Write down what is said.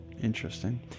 Interesting